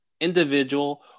individual